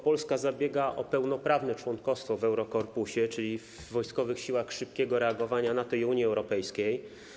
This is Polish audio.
Polska zabiega o pełnoprawne członkostwo w Eurokorpusie, czyli w wojskowych siłach szybkiego reagowania NATO i Unii Europejskiej.